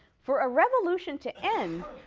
for a revolution to end,